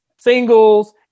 Singles